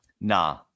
Nah